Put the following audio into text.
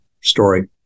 story